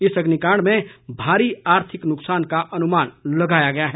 इस अग्निकांड में भारी आर्थिक नुकसान का अनुमान लगाया गया है